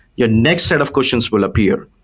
your next set of questions will appear.